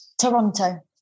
Toronto